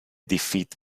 defeat